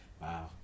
Wow